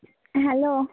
hello